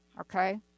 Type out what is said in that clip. okay